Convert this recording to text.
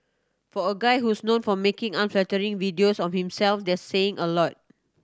for a guy who's known for making unflattering videos of himself that's saying a lot